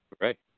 Right